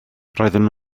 roeddwn